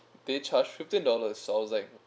they charge fifteen dollars I was like